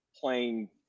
playing